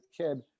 kid